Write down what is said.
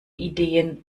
ideen